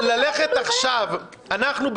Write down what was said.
אבל ללכת עכשיו אנחנו,